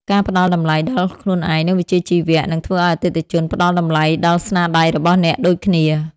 ការផ្ដល់តម្លៃដល់ខ្លួនឯង និងវិជ្ជាជីវៈ នឹងធ្វើឱ្យអតិថិជនផ្ដល់តម្លៃដល់ស្នាដៃរបស់អ្នកដូចគ្នា។